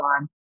on